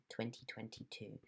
2022